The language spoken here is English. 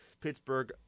Pittsburgh